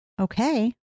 okay